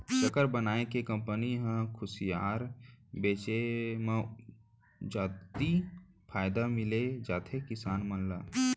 सक्कर बनाए के कंपनी म खुसियार बेचे म जादति फायदा मिल जाथे किसान मन ल